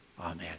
Amen